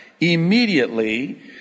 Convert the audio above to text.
Immediately